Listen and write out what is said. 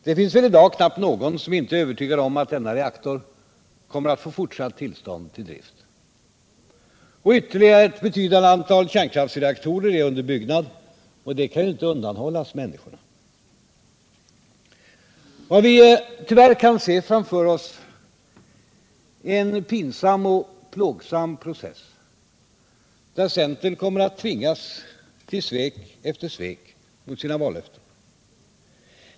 Det finns väl i dag knappt någon som inte är övertygad om att denna reaktor kommer att få fortsatt tillstånd till drift. Ytterligare ett betydande antal kärnkraftsreaktorer är under byggnad, och det kan inte undanhållas människorna. Vad vi tyvärr kan se framför oss är en pinsam och plågsam process, där centern kommer att tvingas till svek efter svek mot sina vallöften.